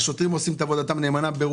השוטרים ברובם עושים את עבודתם נאמנה.